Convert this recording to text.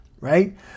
right